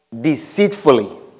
deceitfully